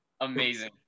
amazing